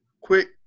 quick